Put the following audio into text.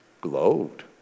glowed